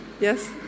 Yes